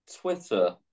Twitter